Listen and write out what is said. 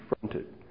confronted